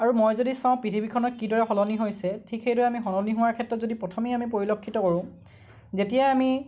আৰু মই যদি চাওঁ পৃথিৱীখনক কিদৰে সলনি হৈছে ঠিক সেইদৰে আমি সলনি হোৱাৰ ক্ষেত্ৰত যদি প্ৰথমেই আমি পৰিলক্ষিত কৰোঁ যেতিয়া আমি